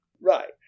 right